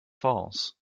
falls